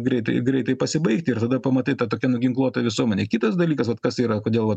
greitai greitai pasibaigti ir tada pamatai tą tokią nuginkluotą visuomenė kitas dalykas vat kas yra kodėl